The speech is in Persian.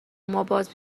ماباز